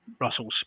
Russell's